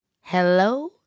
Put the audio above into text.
Hello